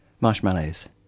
Marshmallows